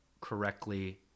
Correctly